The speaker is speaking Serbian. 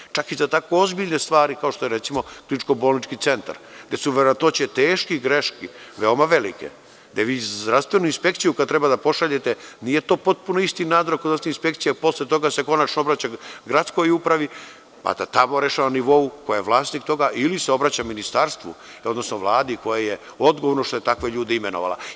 Dakle, čak i na tako ozbiljnoj stvari kao što je kliničko-bolnički centar, gde su verovatnoće teških greški, veoma velike, gde vi zdravstvenu inspekciju kada trebate da pošaljete, nije to potpuno isti način kod zdravstvene inspekcije, posle toga se konačno obraća gradskoj upravi, pa da tamo rešava na nivou ko je vlasnik toga ili se obraća Ministarstvu, odnosno Vladi koja je odgovorna što je takve ljude imenovala.